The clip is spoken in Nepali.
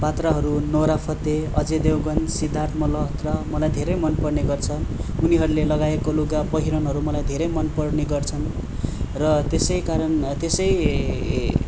पात्रहरू नोरा फतेही अजय देवगन सिदार्थ मलहोत्रा मलाई धेरै मन पर्ने गर्छ उनीहरूले लगाएको लुगा पहिरनहरू मलाई धेरै मन पर्ने गर्छन् र त्यसै कारण त्यसै